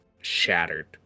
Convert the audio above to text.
shattered